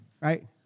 right